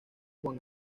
juan